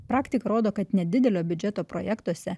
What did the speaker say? praktika rodo kad nedidelio biudžeto projektuose